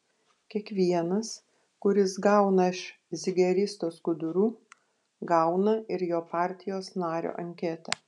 kiekvienas kuris gauna iš zigeristo skudurų gauna ir jo partijos nario anketą